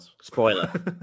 spoiler